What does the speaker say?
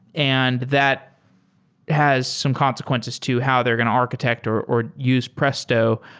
and that has some consequences to how they're going architecture or use presto,